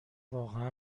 واقعا